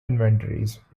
inventories